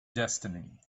destiny